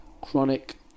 chronic